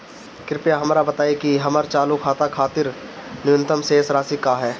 कृपया हमरा बताइं कि हमर चालू खाता खातिर न्यूनतम शेष राशि का ह